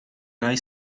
rai